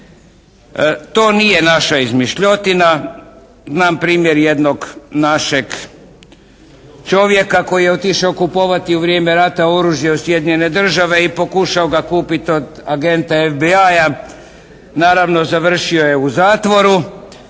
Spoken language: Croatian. To nije naša izmišljotina. Znam primjer jednog našeg čovjeka koji je otišao kupovati u vrijeme rata oružje u Sjedinjene Države i pokušao ga kupiti od agenta FBI-a. Naravno završio je u zatvoru